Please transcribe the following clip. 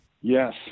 Yes